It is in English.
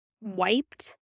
wiped